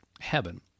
heaven